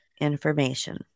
information